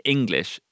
English